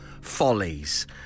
Follies